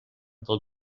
del